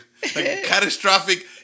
catastrophic